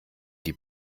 die